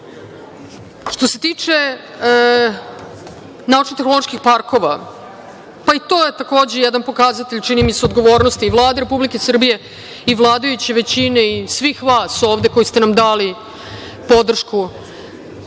se tiče naučno-tehnoloških parkova, pa i to je takođe jedan od pokazatelja, čini mi se, odgovornosti Vlade Republike Srbije i vladajuće većine i svih vas ovde koji ste nam dali podršku.